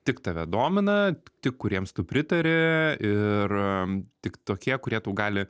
tik tave domina tik kuriems tu pritari ir tik tokie kurie tau gali